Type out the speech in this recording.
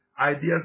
Ideas